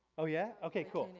oh yeah? okay, cool.